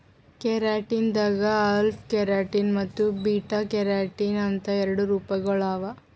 keratin ದಾಗ್ alpha keratin ಮತ್ತ್ beta keratin ಅಂತ್ ಎರಡು ರೂಪಗೊಳ್ ಅವಾ